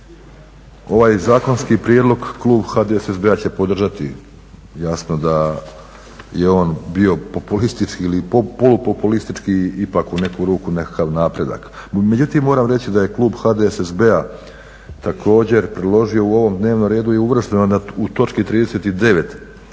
Ovaj zakonski prijedlog klub HDSSB-a će podržati. Jasno da je on bio populistički ili polu populistički, ipak u neku ruku nekakav napredak. Međutim, moram reći da je klub HDSSB-a također priložio u ovom dnevnom redu i uvršteno je u točki 39.